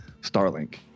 starlink